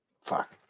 fuck